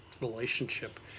relationship